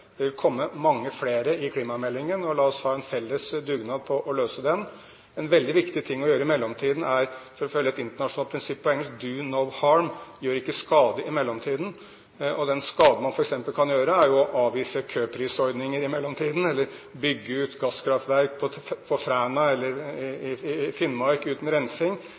Det vil komme mange flere i klimameldingen, og la oss ha en felles dugnad for å løse den. En veldig viktig ting å gjøre i mellomtiden er – for å følge et internasjonalt prinsipp, på engelsk – «Do no harm», gjør ikke skade i mellomtiden. Den skaden man f.eks. kan gjøre, er å avvise køprisordninger i mellomtiden, eller bygge ut gasskraftverk i Fræna eller i Finnmark uten rensing